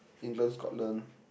England Scotland